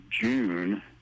June